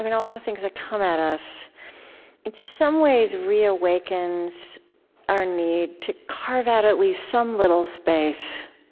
um and all the things that come at us in some ways reawakens our need to carve out at least some little space